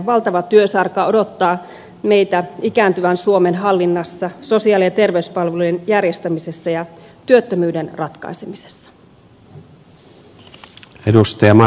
valtava työsarka odottaa meitä ikääntyvän suomen hallinnassa sosiaali ja terveyspalvelujen järjestämisessä ja työttömyyden ratkaisemisessa